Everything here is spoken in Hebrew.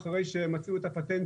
גם אם יגיעו למסקנה שיש מחסור בביצים,